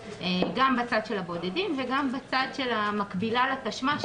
גם בצד של הבודדים וגם בצד של המקבילה לתשמ"ש,